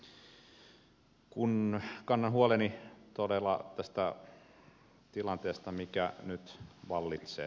kannan huolta todella tästä tilanteesta mikä nyt vallitsee